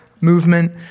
Movement